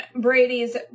Brady's